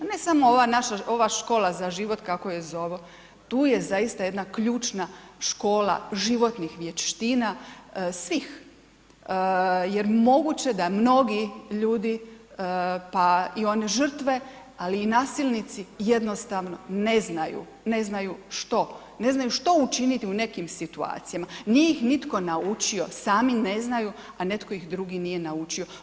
Ne samo ova naša, ova škola za život kako ju zovu, tu je zaista jedna ključna škola životnih vještina svih jer moguće da mnogi ljudi pa i one žrtve ali i nasilnici jednostavno ne znaju, ne znaju što učiniti u nekim situacijama, nije ih nitko naučio, sami ne znaju a netko ih drugi nije naučio.